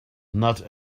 not